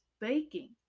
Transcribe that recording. baking